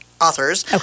authors